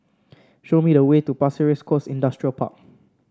show me the way to Pasir Ris Coast Industrial Park